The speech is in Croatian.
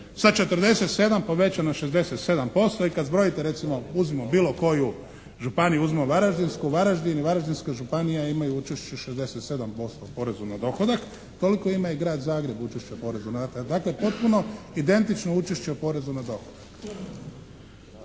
sa 47 poveća na 67% i kad zbrojite recimo uzmimo bilo koju županiju, uzmimo Varaždinsku. Varaždin i Varaždinska županija imaju učešće 67% porezu na dohodak. Toliko ima i Grad Zagreb učešća poreza na dohodak. Dakle, potpuno identično učešće o porezu na dohodak.